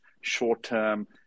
short-term